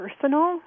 personal